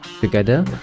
Together